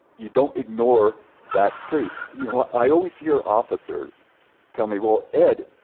you don't ignore that plea. you know, i always hear officers tell me, well, ed,